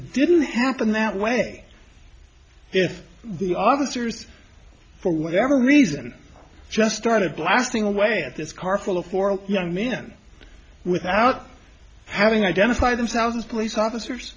it didn't happen that way if the officers for whatever reason just started blasting away at this car full of four young men without having identified themselves as police officers